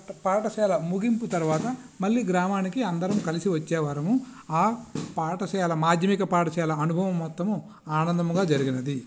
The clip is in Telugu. పాఠశాల ముగింపు తరువాత మళ్ళీ గ్రామానికి అందరం కలిసి వచ్చేవాళ్ళము ఆ పాఠశాల మాధ్యమిక పాఠశాల అనుభవం మొత్తము ఆనందముగా జరిగినది